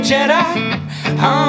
Jedi